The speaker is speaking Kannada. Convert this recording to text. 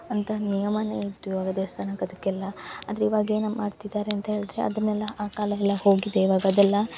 ಅಂತ ನಿಯಮನೆ ಇತ್ತು ಇವಾಗ ದೇವ್ಸ್ಥಾನ ಅದ್ಕೆಲ್ಲ ಆದರೆ ಇವಾಗ ಏನು ಮಾಡ್ತಿದ್ದಾರೆ ಅಂತೇಳ್ದ್ರೆ ಅದನ್ನೆಲ್ಲ ಆ ಕಾಲ ಎಲ್ಲ ಹೋಗಿದೆ ಇವಾಗ ಅದೆಲ್ಲ